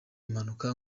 impanuka